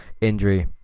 injury